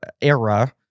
era